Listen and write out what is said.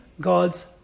God's